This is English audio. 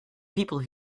people